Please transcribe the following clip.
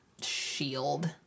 shield